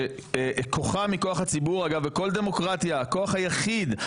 שכוחה מכוח הציבור אגב בכל דמוקרטיה הכוח היחיד,